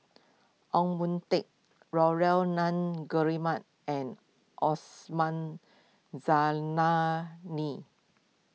Ong Tat Nunns Guillemard and Osman Zailani